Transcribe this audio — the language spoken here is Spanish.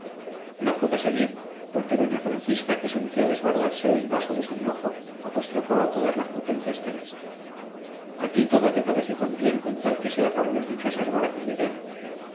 no pudo seguir porque doña francisca que sentía desbordarse el vaso de su enojo apostrofó a todas las potencias terrestres a ti todo te parece bien con tal que sea para los dichosos barcos de guerra